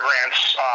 grants